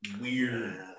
weird